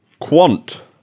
Quant